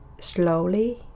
slowly